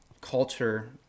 culture